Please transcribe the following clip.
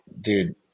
dude